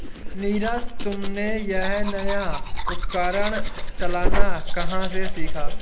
नीरज तुमने यह नया उपकरण चलाना कहां से सीखा?